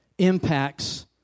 impacts